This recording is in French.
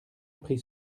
prit